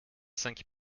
cinq